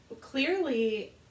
clearly